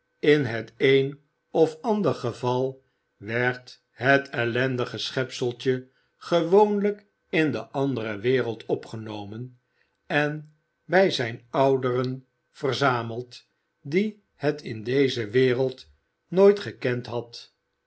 in het een of ander geval werd het ellendige schepseltje gewoonlijk in de andere wereld opgenomen en bij zijn ouderen verzameld die het in deze wereld nooit gekend had